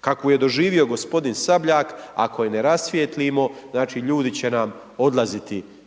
kakvu je doživio g. Sabljak, ako ju ne rasvijetlimo, znači ljudi će nam odlaziti iz zemlje.